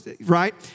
right